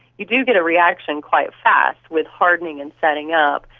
you do get a reaction quite fast with hardening and setting up.